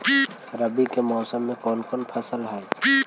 रवि के मौसम में कोन कोन फसल लग है?